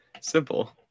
Simple